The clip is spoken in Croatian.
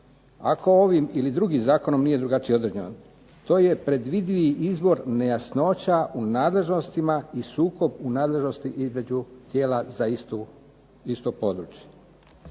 Ako ovim ili drugim zakonom nije drugačije određeno to je predvidivi izvor nejasnoća u nadležnostima i sukob u nadležnosti između tijela za isto područje.